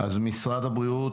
משרד הבריאות,